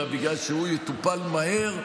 אלא בגלל שהוא יטופל מהר,